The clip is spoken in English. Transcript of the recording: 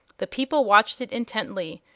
the people watched it intently,